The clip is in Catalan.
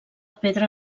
pedra